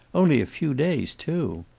only a few days, too.